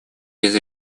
без